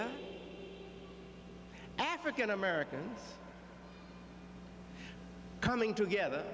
hear african americans coming together